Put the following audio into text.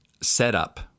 setup